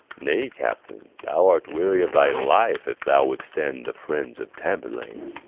nay, captain, thou art weary of thy life, if thou withstand the friends of tamburlaine.